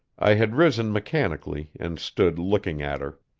i had risen mechanically and stood looking at her.